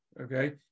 Okay